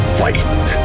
fight